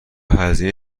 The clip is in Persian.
هزینه